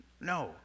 No